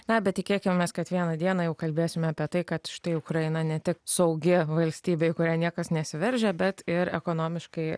na bet tikėkimės kad vieną dieną jau kalbėsim apie tai kad štai ukraina ne tik saugi valstybė į kurią niekas nesiveržia bet ir ekonomiškai